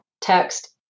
text